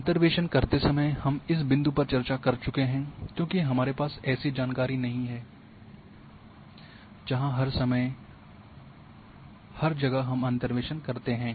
अंतर्वेशन करते समय हम इस बिंदु पर चर्चा कर चुके हैं क्योंकि हमारे पास ऐसी जानकारी नहीं है जहां हर समय जगह हम अंतर्वेसन करते हैं